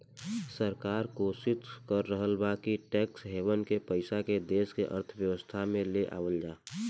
सरकार कोशिस कर रहल बा कि टैक्स हैवेन के पइसा के देश के अर्थव्यवस्था में ले आवल जाव